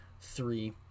three